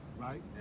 right